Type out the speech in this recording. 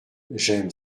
j’aime